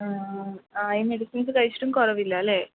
ആ ആ ഈ മെഡിസിൻസ് കഴിച്ചിട്ടും കുറവില്ലല്ലേ